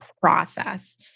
process